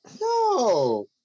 No